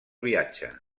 viatge